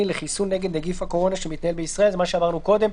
לחיסון נגד נגיף הקורונה שמתנהל בישראל"." זה מה שאמרנו קודם.